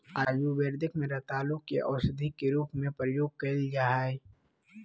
आयुर्वेद में रतालू के औषधी के रूप में प्रयोग कइल जा हइ